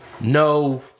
no